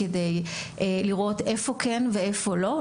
כדי לראות איפה כן ואיפה לא.